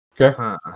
Okay